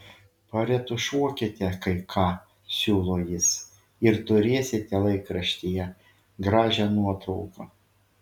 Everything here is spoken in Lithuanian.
paretušuokite kai ką siūlo jis ir turėsite laikraštyje gražią nuotrauką